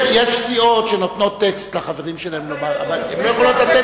הסבירו לנו שהקרן